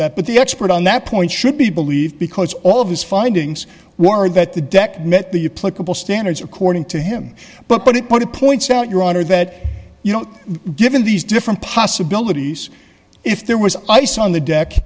that but the expert on that point should be believed because all of his findings were that the deck met the standards according to him but put it point to point out your honor that you know given these different possibilities if there was ice on the deck